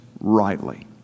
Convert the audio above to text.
rightly